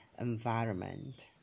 environment